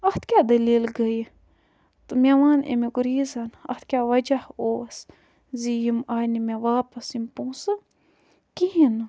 اَتھ کیٛاہ دٔلیٖل گٔیہِ تہٕ مےٚ وَن اَمیُک ریٖزَن اَتھ کیٛاہ وَجہ اوس زِ یِم آیہِ نہٕ مےٚ واپَس یِم پونٛسہٕ کِہیٖنۍ نہٕ